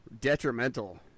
detrimental